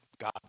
God